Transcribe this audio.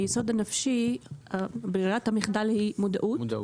היסוד הנפשי, ברירת המחדל היא מודעות,